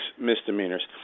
misdemeanors